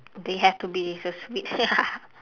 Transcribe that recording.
they have to be so sweet